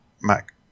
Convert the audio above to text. MAC